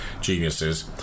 geniuses